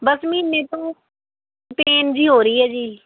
ਬਸ ਮਹੀਨੇ ਤੋਂ ਪੇਨ ਜਿਹੀ ਹੋ ਰਹੀ ਹੈ ਜੀ